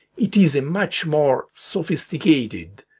it is a much more sophisticated,